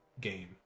game